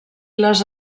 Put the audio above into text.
les